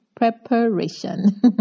preparation